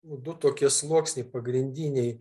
du tokie sluoksniai pagrindiniai